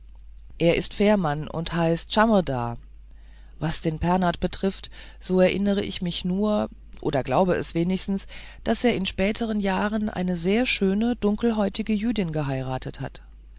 er ist fährmann und heißt tschamrda was den pernath betrifft so erinnere ich mich nur oder glaube es wenigstens daß er in späteren jahren eine sehr schöne dunkelhäutige jüdin geheiratet hat